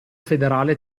federale